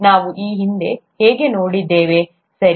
ನಾವು ಈ ಹಿಂದೆ ಹೇಗೆ ನೋಡಿದ್ದೇವೆ ಸರಿ